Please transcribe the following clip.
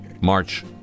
March